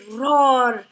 roar